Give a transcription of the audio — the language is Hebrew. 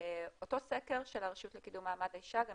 אותו סקר של הרשות לקידום מעמד האישה גם